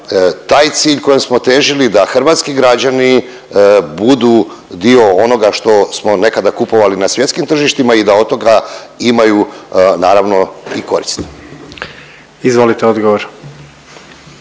taj cilj kojem smo težili da hrvatski građani budu dio onoga što smo nekada kupovali na svjetskim tržištima i da od toga imaju naravno i koristi. **Jandroković,